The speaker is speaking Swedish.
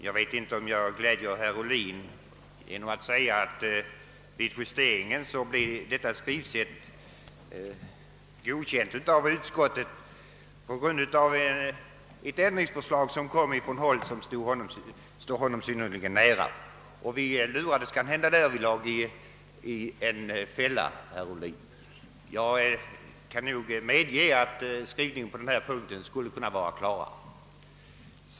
Jag vet inte om jag gläder herr Ohlin genom att tala om att detta skrivsätt vid justeringen blev godkänt av utskottet med anledning av ett ändringsförslag från ett håll som står honom synnerligen nära. Kanske lurades vi den gången i en fälla, herr Ohlin! Jag kan medge att skrivningen på denna punkt skulle kunna vara klarare.